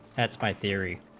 as by theory